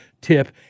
tip